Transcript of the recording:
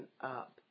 up